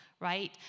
right